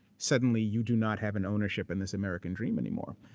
suddenly you do not have an ownership in this american dream anymore.